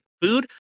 food